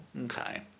Okay